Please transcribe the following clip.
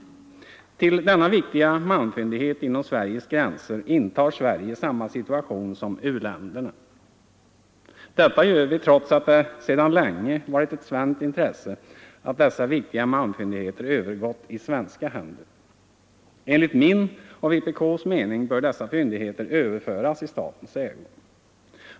Till dessa viktiga malmfyndigheter inom Sveriges gränser intar Sverige samma situation som gäller för u-länderna. Detta gör vi trots att det sedan länge varit ett svenskt intresse att så viktiga malmfyndigheter övergår i svenska händer. Enligt min och vpk:s mening bör dessa fyndigheter överföras i statens ägo.